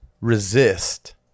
resist